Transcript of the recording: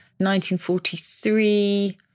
1943